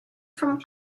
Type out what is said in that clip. from